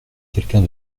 quelqu’un